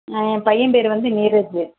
ஆ என் பையன் பேர் வந்து நீரஜு